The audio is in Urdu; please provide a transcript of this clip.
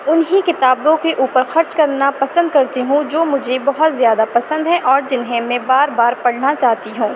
ان ہی کتابوں کے اوپر خرچ کرنا پسند کرتی ہوں جو مجھے بہت زیادہ پسند ہیں اور جنہیں میں بار بار پڑھنا چاہتی ہوں